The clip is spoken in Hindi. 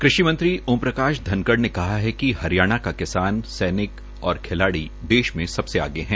कृषि मंत्री ओम प्रकाश धनखड़ ने कहा कि हरियाणा का किसान सैनिक और खिलाड़ी देश में सबसे आगे है